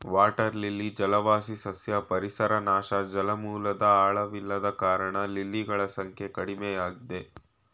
water lily ಜಲವಾಸಿ ಸಸ್ಯ ಪರಿಸರ ನಾಶ ಜಲಮೂಲದ್ ಆಳವಿಲ್ಲದ ಕಾರಣ ಲಿಲಿಗಳ ಸಂಖ್ಯೆ ಕಡಿಮೆಯಾಗಯ್ತೆ